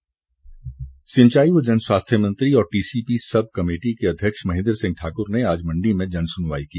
महेंद्र सिंह सिंचाई व जनस्वास्थ्य मंत्री और टीसीपी सब कमेटी के अध्यक्ष महेंद्र सिंह ठाकुर ने आज मंडी में जनसुनवाई की